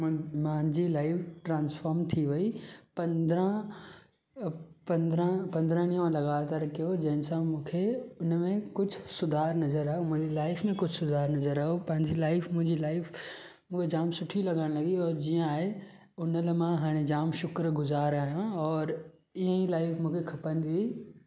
मुंहिंजी life transform थी वई पंदरहां पंदरहां पंदरहां ॾींहं मां लॻातार हे कयो जंहिंसां मूंखे हुनमें कुझु सुधारु नज़रु आयो मुंहिंजी लाइफ में कुझु सुधारु नज़रु आयो पंहिंजी लाइफ मुंहिंजी लाइफ मूंखे जामु सुठी लॻण लॻी जीअं आहे हुन लाइ हाणे मां जामु शुकुरु गुज़ारु आहियां इअं ई लाइफ मूंखे खपंदी हुई